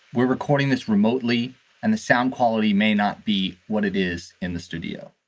we're recording this remotely and the sound quality may not be what it is in the studio